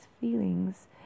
feelings